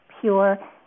pure